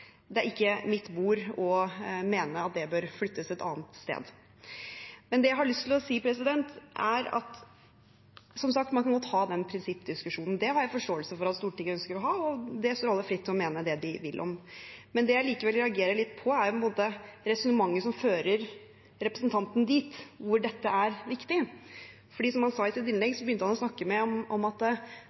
det er ikke mitt bord å mene at det bør flyttes et annet sted. Men det jeg har lyst til å si, er at man som sagt godt kan ha den prinsippdiskusjonen, det har jeg forståelse for at Stortinget ønsker å ha, og det står alle fritt til å mene det de vil om. Men det jeg likevel reagerer litt på, er på en måte resonnementet som fører representanten dit hvor dette er viktig. For i sitt innlegg begynte han å snakke om at